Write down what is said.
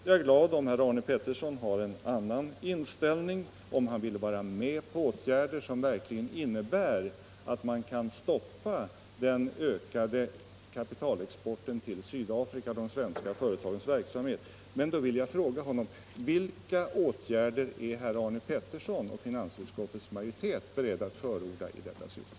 Jag är glad om Pettersson i Malmö har en annan inställning och om han ville vara med på åtgärder som verkligen innebär att man kan stoppa den ökade kapitalexporten till Sydafrika från de svenska företagens verksamhet. Men då vill jag fråga honom: Vilka åtgärder är herr Arne Pettersson och finansutskottets majoritet beredda att förorda i detta syfte?